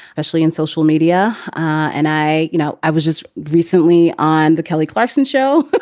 ashley, in social media and i you know, i was just recently on the kelly clarkson show